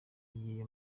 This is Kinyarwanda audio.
yagiye